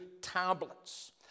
tablets